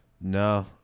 No